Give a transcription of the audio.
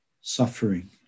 suffering